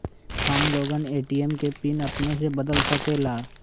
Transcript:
हम लोगन ए.टी.एम के पिन अपने से बदल सकेला?